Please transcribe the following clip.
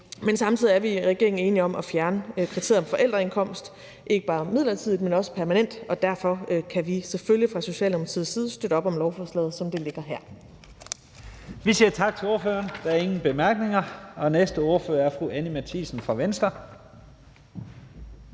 Samtidig er vi i regeringen enige om at fjerne kriteriet om forældreindkomst, ikke bare midlertidigt, men også permanent, og derfor kan vi fra Socialdemokratiets side selvfølgelig støtte op om lovforslaget, som det ligger her.